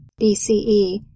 BCE